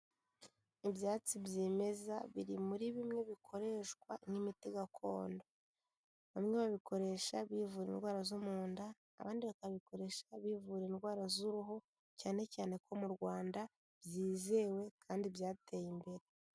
Ibyatsi byemeza biri muri bimwe bikoreshwa nk'imiti gakondo, bamwe babikoresha bivura indwara zo mu nda, abandi bakabikoresha bivura indwara z'uruhu, cyane cyane ko mu Rwanda byizewe kandi byateye imbere.